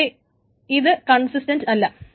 പക്ഷേ ഇത് കൺസിസ്റ്റൻറ്റ് അല്ല